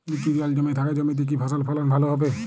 নিচু জল জমে থাকা জমিতে কি ফসল ফলন ভালো হবে?